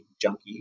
junkie